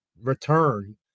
return